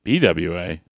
BWA